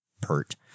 pert